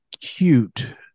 cute